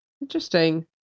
Interesting